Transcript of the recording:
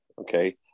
Okay